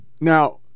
Now